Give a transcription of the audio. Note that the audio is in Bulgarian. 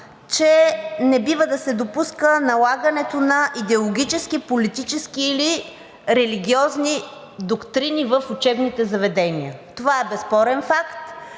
че не бива да се допуска налагането на идеологически, политически или религиозни доктрини в учебните заведения. Това е безспорен факт!